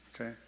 Okay